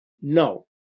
No